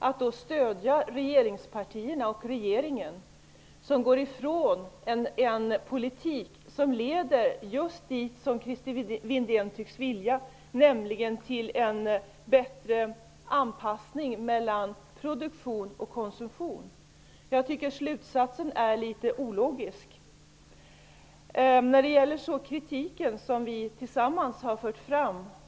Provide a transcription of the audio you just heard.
Att stödja regeringspartierna och regeringen innebär att gå ifrån en politik som leder just dit Christer Windén tycks vilja, nämligen till en bättre anpassning mellan produktion och konsumtion. Jag tycker att slutsatsen blir ologisk. Vidare var det den kritik vi gemensamt har fört fram.